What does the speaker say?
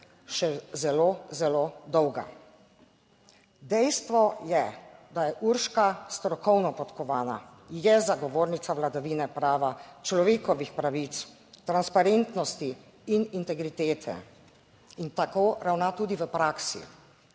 še zelo, zelo dolga. Dejstvo je, da je Urška strokovno podkovana, je zagovornica vladavine prava, človekovih pravic, transparentnosti in integritete in tako ravna tudi v praksi.